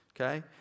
okay